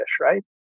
right